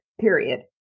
period